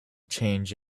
change